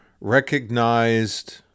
recognized